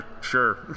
Sure